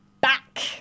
back